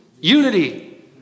Unity